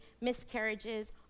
miscarriages